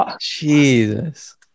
jesus